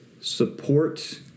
support